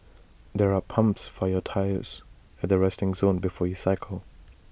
there are pumps for your tyres at the resting zone before you cycle